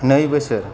नै बोसोर